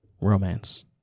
romance